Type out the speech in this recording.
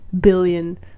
billion